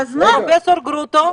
פרופ' גרוטו.